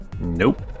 Nope